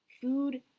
Food